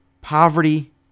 poverty